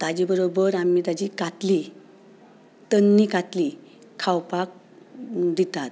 ताजे बरोबर आमी ताची खातली तरणी खातली खावपाक दितात